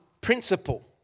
principle